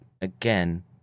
again